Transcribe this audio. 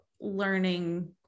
learning